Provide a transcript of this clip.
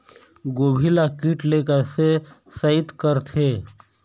गोभी ल कीट ले कैसे सइत करथे?